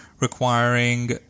requiring